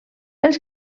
els